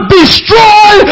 destroy